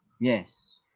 Yes